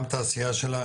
גם תעשיה שלה,